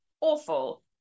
awful